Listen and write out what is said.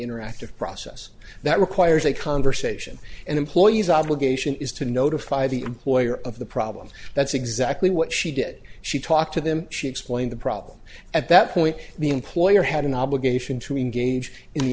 interactive process that requires a conversation and employees obligation is to notify the employer of the problem that's exactly what she did she talked to them she explained the problem at that point the employer had an obligation to engage in the